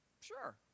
Sure